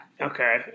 okay